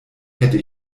hätte